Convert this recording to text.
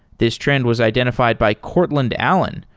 this trend was identified by courtland allen,